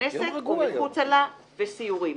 בכנסת או מחוצה לה וסיורים).